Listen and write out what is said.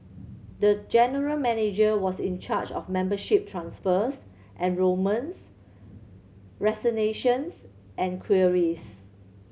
the general manager was in charge of membership transfers enrolments resignations and queries